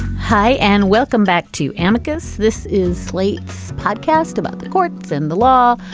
hi and welcome back to amicus. this is slate's podcast about the courts and the law,